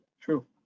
true